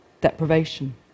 deprivation